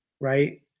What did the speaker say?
Right